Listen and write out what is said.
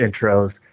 intros